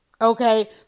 Okay